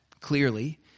clearly